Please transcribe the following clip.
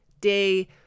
day